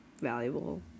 valuable